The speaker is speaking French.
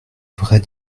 vraie